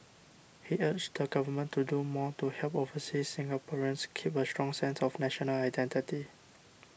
he urged the Government to do more to help overseas Singaporeans keep a strong sense of national identity